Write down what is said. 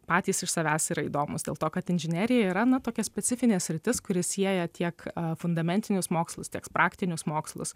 patys iš savęs yra įdomūs dėl to kad inžinerija yra na tokia specifinė sritis kuri sieja tiek fundamentinius mokslus teiks praktinius mokslus